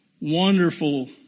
wonderful